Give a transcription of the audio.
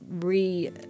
re